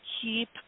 keep